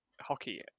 hockey